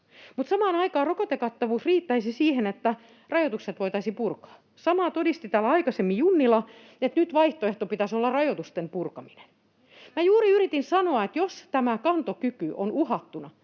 mutta samaan aikaan rokotekattavuus riittäisi siihen, että rajoitukset voitaisiin purkaa. Samaa todisti täällä aikaisemmin Junnila, että nyt vaihtoehto pitäisi olla rajoitusten purkaminen. Minä juuri yritin sanoa, että jos tämä kantokyky on uhattuna,